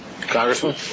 Congressman